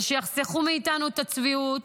אז שיחסכו מאיתנו את הצביעות,